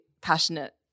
passionate